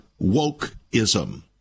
wokeism